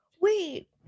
Wait